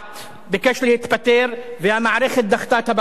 ביקש להתפטר והמערכת דחתה את בקשתו.